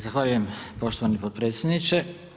Zahvaljujem poštovani potpredsjedniče.